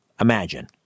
imagine